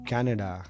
Canada